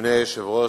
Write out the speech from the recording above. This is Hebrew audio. היושב-ראש,